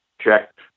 checked